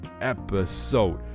Episode